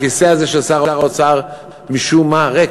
הכיסא הזה משום מה ריק.